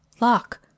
lock